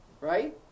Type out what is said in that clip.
Right